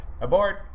Abort